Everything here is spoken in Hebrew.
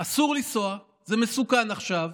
אסור לנסוע, זה מסוכן עכשיו,